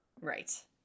right